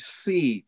see